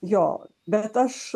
jo bet aš